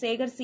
Sekar C